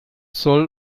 soll